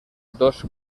dos